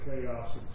chaos